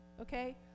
Okay